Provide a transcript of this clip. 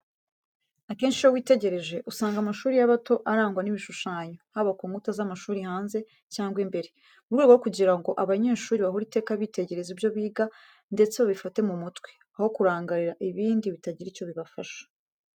Akenshi, iyo witegereje, usanga amashuri y’abato arangwa n’ibishushanyo, haba ku nkuta z’amashuri hanze cyangwa imbere, mu rwego rwo kugira ngo abanyeshuri bahore iteka bitegereza ibyo biga ndetse babifate mu mutwe, aho kurangarira ibindi bitagira icyo bibafasha.